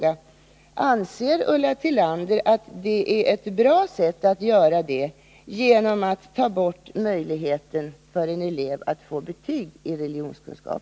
Anser Ulla Tillander att det är ett bra sätt att göra det genom att ta bort möjligheten för en elev att få betyg i religionskunskap?